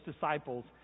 disciples